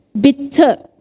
bitter